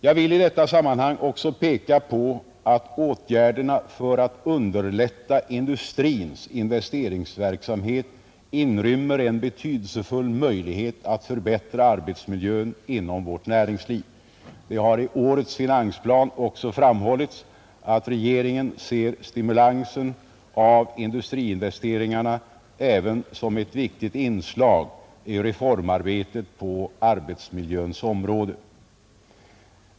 Jag vill i detta sammanhang också peka på att åtgärderna för att underlätta industrins investeringsverksamhet inrymmer en betydelsefull möjlighet att förbättra arbetsmiljön inom vårt näringsliv. Det har i årets finansplan också framhållits att regeringen ser stimulansen av industriinvesteringarna även som ett viktigt inslag i reformarbetet på arbetsmiljöns område.